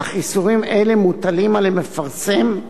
אך איסורים אלה מוטלים על המפרסם,